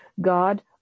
God